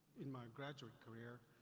in my graduate career,